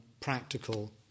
practical